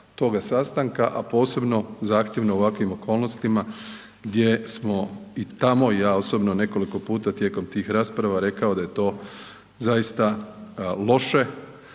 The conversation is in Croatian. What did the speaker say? toga sastanka a posebno zahtjevno u ovakvim okolnostima gdje smo i tamo i ja osobno nekoliko puta tijekom rasprava rekao da je to zaista loše